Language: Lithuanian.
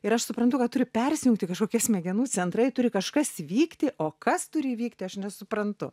ir aš suprantu kad turi persijungti kažkokie smegenų centrai turi kažkas vykti o kas turi įvykti aš nesuprantu